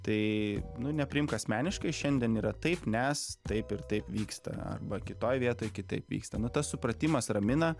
tai nu nepriimk asmeniškai šiandien yra taip nes taip ir taip vyksta arba kitoj vietoj kitaip vyksta nu tas supratimas ramina